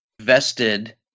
vested